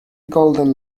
golden